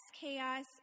Chaos